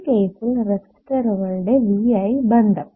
ഈ കേസിൽ റെസിസ്റ്ററുകളുടെ VI ബന്ധം